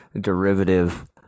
derivative